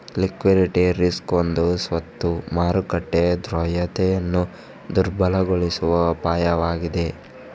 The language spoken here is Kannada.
ಲಿಕ್ವಿಡಿಟಿ ರಿಸ್ಕ್ ಒಂದು ಸ್ವತ್ತು ಮಾರುಕಟ್ಟೆ ದ್ರವ್ಯತೆಯನ್ನು ದುರ್ಬಲಗೊಳಿಸುವ ಅಪಾಯವಾಗಿದೆ